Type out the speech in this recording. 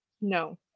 no